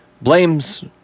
blames